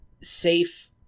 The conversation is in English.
safe